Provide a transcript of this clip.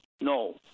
no